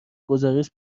گزارش